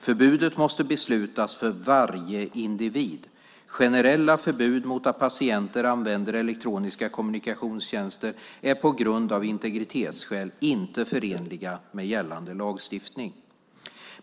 Förbudet måste beslutas för varje individ. Generella förbud mot att patienter använder elektroniska kommunikationstjänster är på grund av integritetsskäl inte förenliga med gällande lagstiftning.